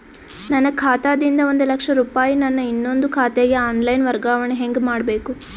ನನ್ನ ಖಾತಾ ದಿಂದ ಒಂದ ಲಕ್ಷ ರೂಪಾಯಿ ನನ್ನ ಇನ್ನೊಂದು ಖಾತೆಗೆ ಆನ್ ಲೈನ್ ವರ್ಗಾವಣೆ ಹೆಂಗ ಮಾಡಬೇಕು?